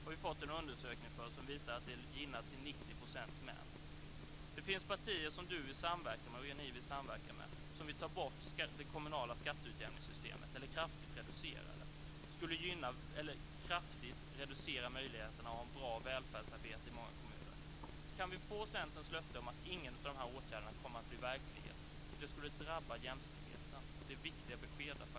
Vi har fått en undersökning som visar att det till 90 % gynnar män. Det finns partier som Marianne Andersson och Centerpartiet vill samverka med som vill ta bort det kommunala skatteutjämningssystemet eller kraftigt reducera möjligheterna att ha ett bra välfärdarbete i många kommuner. Kan vi få Centerns löfte om att ingen av dessa åtgärder kommer att bli verklighet? Det skulle drabba jämställdheten. Det är viktiga besked att få.